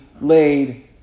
laid